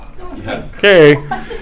Okay